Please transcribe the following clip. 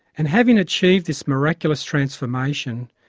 and having achieved this miraculous transformation,